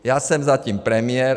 Já jsem zatím premiér.